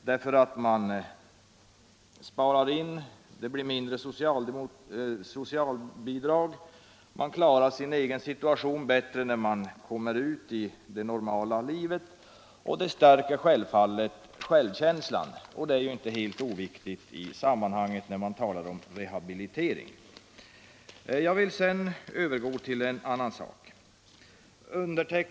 Man spar pengar genom att det blir mindre socialbidrag. De intagna klarar sin egen situation bättre när de kommer ut i det normala livet och det stärker naturligtvis självkänslan, vilket inte är helt oviktigt när man talar om rehabilitering. Jag vill sedan övergå till en annan fråga.